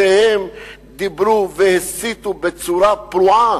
שדיברו והסיתו בצורה פרועה.